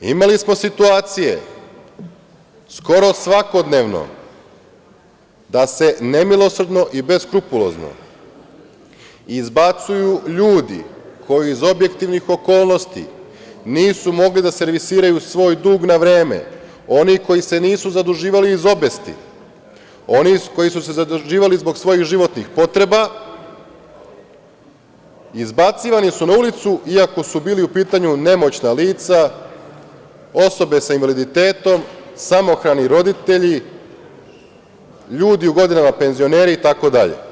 Imali smo situacije skoro svakodnevno da se nemilosrdno i beskrupulozno izbacuju ljudi koji iz objektivnih okolnosti nisu mogli da servisiraju svoj dug na vreme, oni koji se nisu zaduživali iz obesti, oni koji su se zaduživali zbog životnih potreba, izbacivani su na ulicu iako su bili u pitanju nemoćna lica, osobe sa invaliditetom, samohrani roditelji, ljudi u godinama, penzioneri itd.